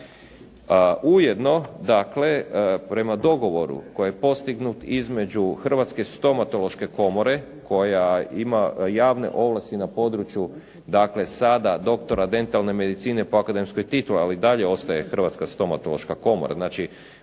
Ujedno dakle, prema dogovoru koji je postignuti između Hrvatske stomatološke komore koja ima javne ovlasti na području dakle sada doktora dentalne medicine po akademskoj tituli, ali i dalje ostaje Hrvatska stomatološka komora. Znači,